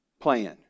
plan